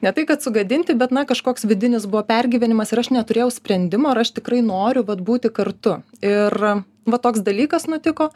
ne tai kad sugadinti bet na kažkoks vidinis buvo pergyvenimas ir aš neturėjau sprendimo ar aš tikrai noriu vat būti kartu ir va toks dalykas nutiko